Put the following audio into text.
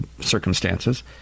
circumstances